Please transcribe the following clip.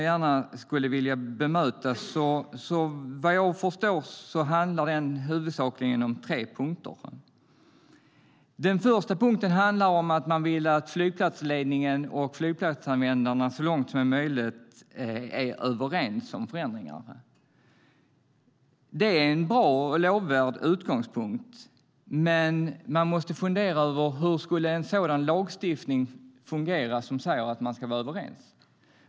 Vad jag förstår handlar den huvudsakligen om tre punkter. Den första punkten handlar om att man vill att flygplatsledningen och flygplatsanvändarna så långt det är möjligt är överens om förändringar. Det är en bra och lovvärd utgångspunkt, men man måste fundera över hur en sådan lagstiftning skulle fungera som säger att man ska vara överens.